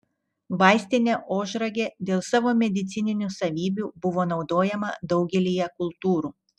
vaistinė ožragė dėl savo medicininių savybių buvo naudojama daugelyje kultūrų